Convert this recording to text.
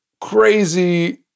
crazy